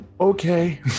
okay